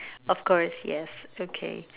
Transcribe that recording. of course yes okay